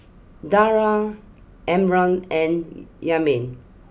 Dara Imran and Yasmin